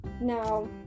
Now